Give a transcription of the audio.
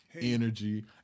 energy